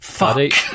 fuck